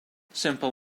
simple